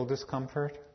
Discomfort